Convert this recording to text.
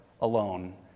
alone